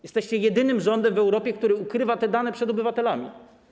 Jesteście jedynym rządem w Europie, który ukrywa te dane przed obywatelami.